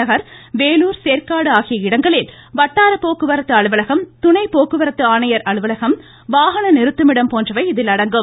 நகர் வேலூர் சேற்காடு ஆகிய இடங்களில் வட்டார போக்குவரத்து அலுவலகம் துணை போக்குவரத்து ஆணையர் அலுவலகம் வாகன நிறுத்தும் இடம் போன்றவை இதில் அடங்கும்